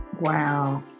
wow